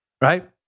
right